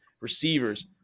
receivers